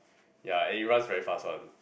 ya and it runs very fast one